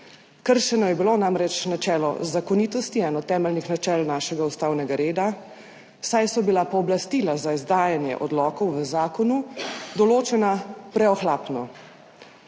Kršeno je bilo namreč načelo zakonitosti, eno temeljnih načel našega ustavnega reda, saj so bila pooblastila za izdajanje odlokov v zakonu določena preohlapno.